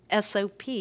sop